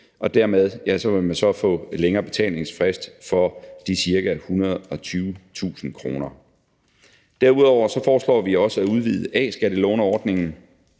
og dermed vil man så få længere betalingsfrist for de ca. 120.000 kr. Derudover foreslår vi også at udvide af A-skattelåneordningen,